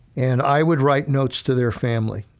and i would write notes to their family.